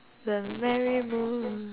the merry moon